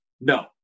No